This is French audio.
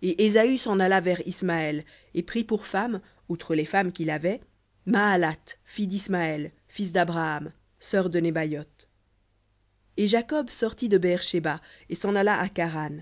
et ésaü s'en alla vers ismaël et prit pour femme outre les femmes qu'il avait mahalath fille d'ismaël fils d'abraham sœur de nebaïoth et jacob sortit de beër shéba et s'en alla à charan